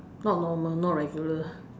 not normal not regular